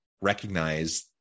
recognize